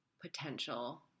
potential